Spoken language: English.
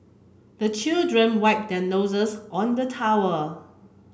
the children wipe their noses on the towel